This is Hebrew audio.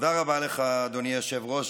תודה רבה לך, אדוני היושב-ראש.